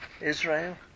Israel